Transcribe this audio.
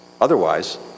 Otherwise